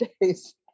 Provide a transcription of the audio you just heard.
days